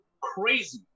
crazy